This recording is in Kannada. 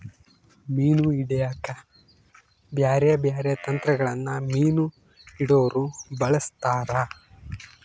ಮೀನು ಹಿಡೆಕ ಬ್ಯಾರೆ ಬ್ಯಾರೆ ತಂತ್ರಗಳನ್ನ ಮೀನು ಹಿಡೊರು ಬಳಸ್ತಾರ